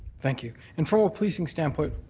thank you. and from a policing standpoint,